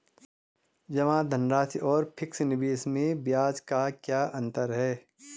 जमा धनराशि और फिक्स निवेश में ब्याज का क्या अंतर है?